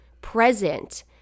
present